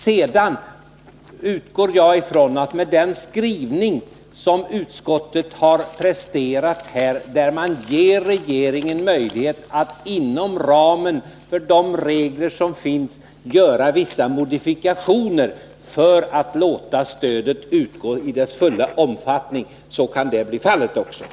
Sedan utgår jag från att den skrivning utskottet presterat här — som innebär att riksdagen ger regeringen möjlighet att inom ramen för de regler som finns göra vissa modifikationer — också medför att stödet, om så erfordras, kan utgå i full omfattning.